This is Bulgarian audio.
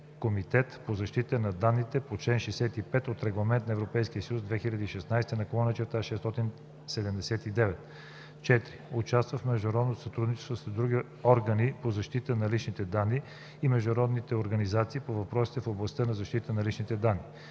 комитет по защита на данните по чл. 65 от Регламент (ЕС) 2016/679; 4. участва в международното сътрудничество с други органи по защита на личните данни и международните организации по въпросите в областта на защитата на личните данни;